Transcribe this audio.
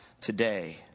today